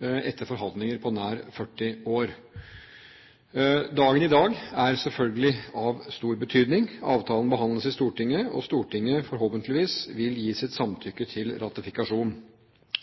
etter forhandlinger i nær 40 år. Dagen i dag er selvfølgelig av stor betydning. Avtalen behandles i Stortinget, og Stortinget vil forhåpentligvis gi sitt samtykke til ratifikasjon.